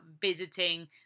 visiting